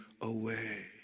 away